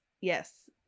Yes